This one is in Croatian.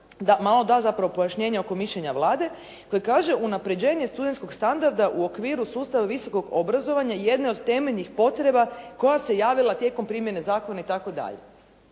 malo da zapravo pojašnjenje oko mišljenja Vlade koje kaže: "Unapređenje studentskog standarda u okviru sustava visokog obrazovanja jedno je od temeljnih potreba koja se javila tijekom primjene zakona…" itd.